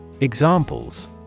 Examples